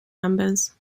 numbers